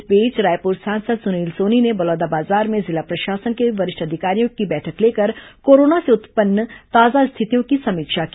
इस बीच रायपुर सांसद सुनील सोनी ने बलौदाबाजार में जिला प्रशासन के वरिष्ठ अधिकारियों की बैठक लेकर कोरोना से उत्पन्न ताजा स्थितियों की समीक्षा की